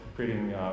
creating